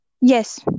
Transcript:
Yes